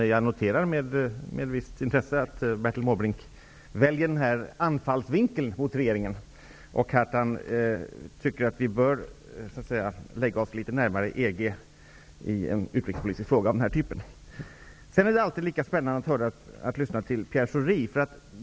Men jag noterar med visst intresse att Bertil Måbrink väljer den anfallsvinkeln mot regeringen och att han tycker att regeringen bör lägga sig litet närmare EG i en utrikespolitisk fråga av den typen. Det är alltid lika spännande att lyssna till Pierre Schori.